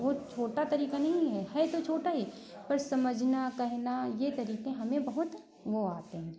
वो छोटा तरीका नहीं है है तो छोटा ही पर समझना कहना ये तरीके हमें बहुत वो आते हैं